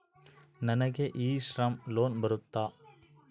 ನನಗೆ e Shram loan ಬರುತ್ತಾ?